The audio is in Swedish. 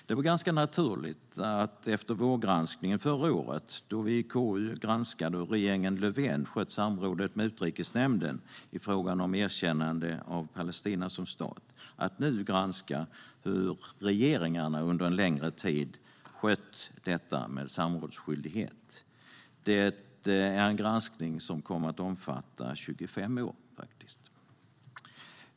Det var ganska naturligt att efter vårgranskningen förra året, då vi i KU granskade hur regeringen Löfven hade skött samrådet med Utrikesnämnden i fråga om erkännandet av Palestina som stat, nu granska hur regeringarna under en längre tid skött sin samrådsskyldighet. Det är en granskning som omfattar 25 år.